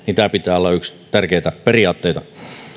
tämän pitää olla yksi tärkeitä periaatteita